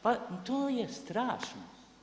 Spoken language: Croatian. Pa to je strašno.